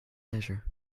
leisure